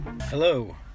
Hello